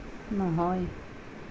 নহয়